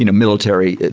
you know military,